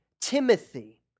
Timothy